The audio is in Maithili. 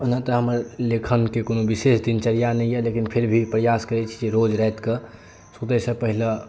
ओना तऽ हमर लेखन के कोनो विशेष दिनचर्या नहि अछि लेकिन फिर भी प्रयास करै छी जे रोज राति कऽ सुतय सऽ पहिले